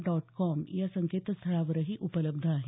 dot com या संकेतस्थळावरही उपलब्ध आहे